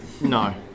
No